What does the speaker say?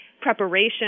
Preparation